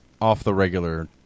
off-the-regular